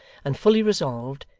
and fully resolved,